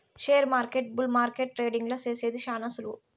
షేర్మార్కెట్ల బుల్ మార్కెట్ల ట్రేడింగ్ సేసేది శాన సులువు